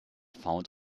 found